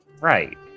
right